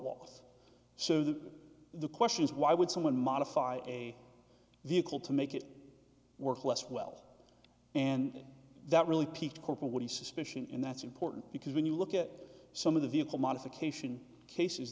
was so the the question is why would someone modify a vehicle to make it work less well and that really piqued corporal what he suspicion and that's important because when you look at some of the vehicle modification cases